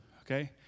Okay